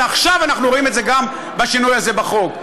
ועכשיו אנחנו רואים את זה גם בשינוי הזה בחוק.